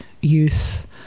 youth